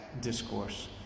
Discourse